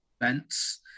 events